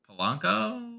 Polanco